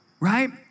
Right